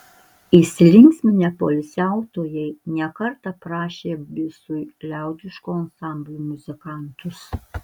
įsilinksminę poilsiautojai ne kartą prašė bisui liaudiškų ansamblių muzikantus